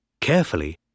Carefully